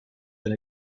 been